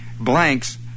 blanks